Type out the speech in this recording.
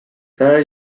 there